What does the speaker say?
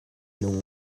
nung